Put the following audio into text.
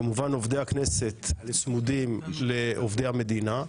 כמובן עובדי הכנסת צמודים לעובדי המדינה,